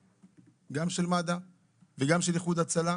גם של מד"א וגם של איחוד הצלה,